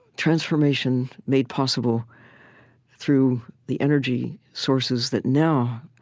transformation, made possible through the energy sources that now,